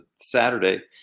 Saturday